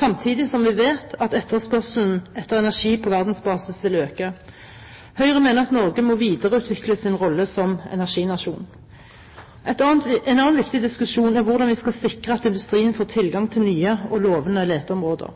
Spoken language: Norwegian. samtidig som vi vet at etterspørselen etter energi på verdensbasis vil øke. Høyre mener at Norge må videreutvikle sin rolle som energinasjon. En annen viktig diskusjon er hvordan vi skal sikre at industrien får tilgang til nye og lovende leteområder.